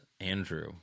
Andrew